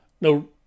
No